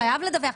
חייב לדווח.